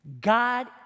God